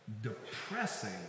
depressing